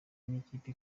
n’ikipe